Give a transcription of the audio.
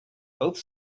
both